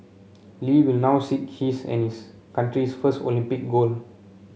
Lee will now seek his and his country's first Olympic gold